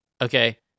okay